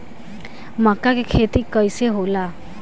मका के खेती कइसे होला?